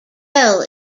bell